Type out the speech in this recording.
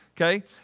Okay